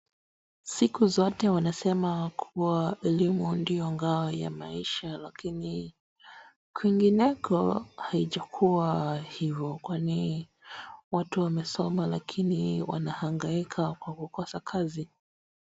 Siku zote wanasema ya kuwa elimu ndiyo ngao ya maisha lakini kwingineko haijakuwa hivyo kwani watu wamesoma lakini wanahangaika kwa kukosa kazi.